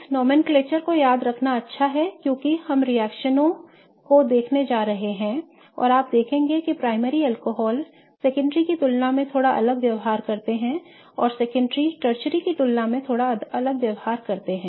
इस नामकरण को याद रखना अच्छा है क्योंकि हम रिएक्शनओं को देखने जा रहे हैं और आप देखेंगे कि प्राइमरी अल्कोहल सेकेंडरी की तुलना में थोड़ा अलग व्यवहार करते हैं और सेकेंडरी टर्शरी की तुलना में थोड़ा अलग व्यवहार करते हैं